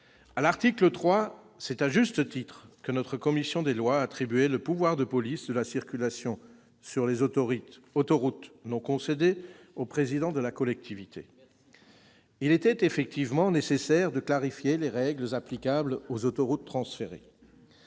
À l'article 3, c'est à juste titre que la commission des lois a attribué le pouvoir de police de la circulation sur les autoroutes non concédées au président de la collectivité. Merci ! Il était effectivement nécessaire de clarifier les règles applicables aux autoroutes transférées.